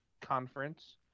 conference